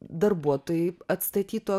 darbuotojai atstatytų